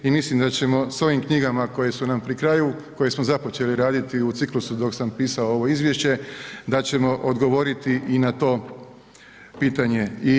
I mislim da ćemo sa ovim knjigama koje su nam pri kraju koje smo započeli raditi u ciklusu dok sam pisao ovo izvješće da ćemo odgovoriti i na to pitanje.